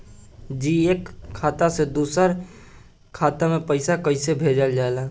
जी एक खाता से दूसर खाता में पैसा कइसे भेजल जाला?